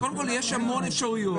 קודם כול, יש המון אפשרויות.